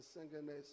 singleness